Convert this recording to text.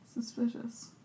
Suspicious